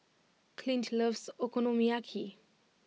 Clint loves Okonomiyaki